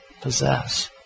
possess